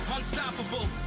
Unstoppable